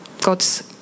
God's